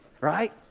Right